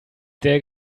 der